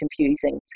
confusing